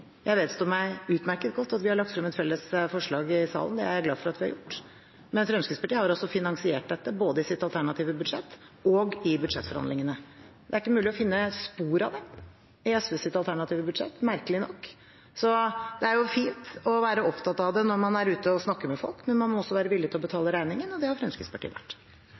Jeg vedstår meg utmerket godt at vi har lagt frem et felles forslag i salen. Det er jeg glad for at vi har gjort, men Fremskrittspartiet har også finansiert dette både i sitt alternative budsjett og i budsjettforhandlingene. Det er ikke mulig å finne spor av det i SVs alternative budsjett, merkelig nok. Det er fint å være opptatt av det når man er ute og snakker med folk, men man må også være villig til å betale regningen, og det har Fremskrittspartiet vært.